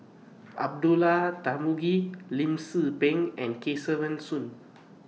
Abdullah Tarmugi Lim Tze Peng and Kesavan Soon